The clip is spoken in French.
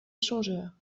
échangeur